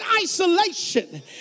isolation